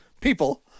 people